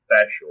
special